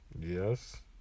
Yes